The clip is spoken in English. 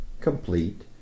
complete